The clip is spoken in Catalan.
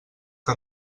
que